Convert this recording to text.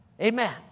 Amen